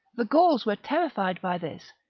the gauls were terrified by this,